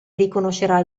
riconoscerà